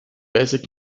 basic